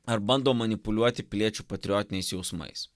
ar bando manipuliuoti piliečių patriotiniais jausmais